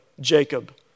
Jacob